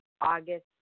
August